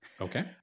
Okay